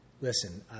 Listen